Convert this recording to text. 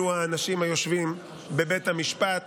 אלו האנשים היושבים בבית המשפט.